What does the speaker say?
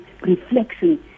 reflection